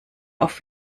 auf